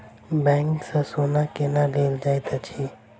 bank सँ सोना केना लेल जाइत अछि